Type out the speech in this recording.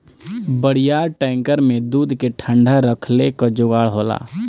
बड़ियार टैंकर में दूध के ठंडा रखले क जोगाड़ होला